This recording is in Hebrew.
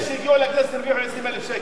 אלה שהגיעו לכנסת הרוויחו 20,000 שקל,